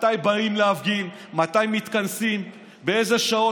מתי באים להפגין, מתי מתכנסים, באיזה שעות.